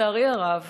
לצערי הרב,